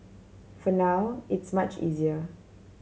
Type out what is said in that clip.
for now it's much easier